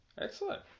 Excellent